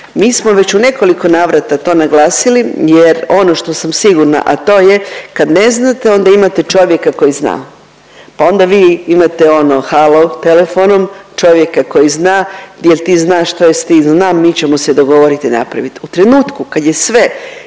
Mi smo već u nekoliko navrata to naglasili jer ono što sam sigurna, a to je kad ne znate onda imate čovjeka koji zna, pa onda vi imate ono halo telefonom čovjeka koji zna jel ti znaš tj. ti znam mi ćemo se dogovorit i napravit. U trenutku kad je sve